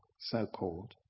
so-called